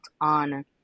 on